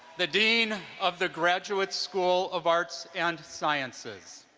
the dean of the graduate school of arts and sciences.